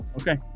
Okay